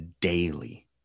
daily